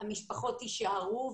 המשפחות יישארו,